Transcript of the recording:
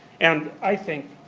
and i think,